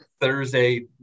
Thursday